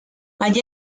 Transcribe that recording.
allí